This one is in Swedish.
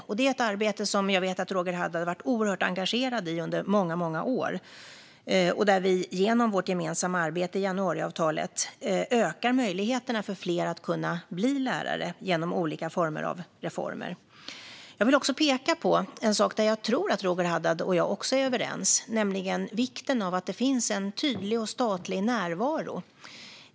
Jag vet att det är ett arbete som Roger Haddad under många år har varit oerhört engagerad i. Genom vårt gemensamma arbete i januariavtalet ökar vi möjligheterna för att fler genom olika slags reformer ska kunna bli lärare. Jag vill också peka på en annan sak där jag tror att jag och Roger Haddad är överens, nämligen vikten av att det finns en tydlig och statlig närvaro.